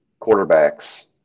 quarterbacks